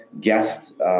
guest